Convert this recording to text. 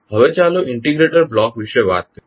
હવે ચાલો integrator block વિશે વાત કરીએ